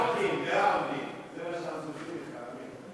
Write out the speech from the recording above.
זה מה שאנחנו צריכים, תאמין לי.